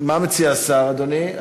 מה מציע השר, אדוני?